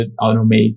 automate